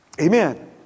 Amen